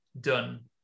done